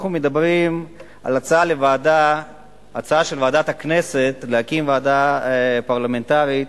אנחנו מדברים על הצעה של ועדת הכנסת להקים ועדה פרלמנטרית